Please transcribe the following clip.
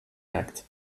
act